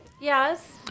yes